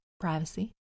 privacy